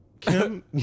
Kim